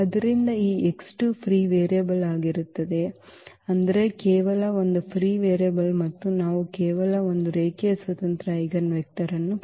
ಆದ್ದರಿಂದ ಈ free variable ಆಗಿರುತ್ತದೆ ಅಂದರೆ ಕೇವಲ ಒಂದು ಫ್ರೀ ವೇರಿಯೇಬಲ್ ಮತ್ತು ನಾವು ಕೇವಲ ಒಂದು ರೇಖೀಯ ಸ್ವತಂತ್ರ ಐಜೆನ್ವೆಕ್ಟರ್ ಅನ್ನು ಪಡೆಯುತ್ತೇವೆ